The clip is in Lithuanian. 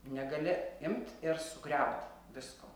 negali imt ir sugriaut visko